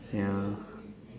ya